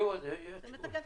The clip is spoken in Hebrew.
יהיה תיקון.